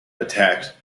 attacked